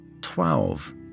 Twelve